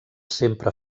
sempre